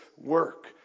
work